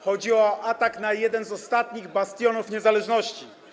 Chodzi o atak na jeden z ostatnich bastionów niezależności.